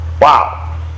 Wow